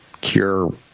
cure